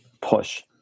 push